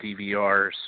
DVRs